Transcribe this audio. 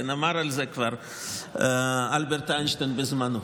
אמר את זה אלברט איינשטיין בזמנו.